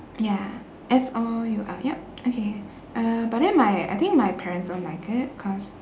ya S O U L yup okay uh but then my I think my parents don't like it cause